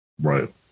Right